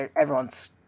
everyone's